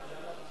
ממשלה,